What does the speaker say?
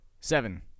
Seven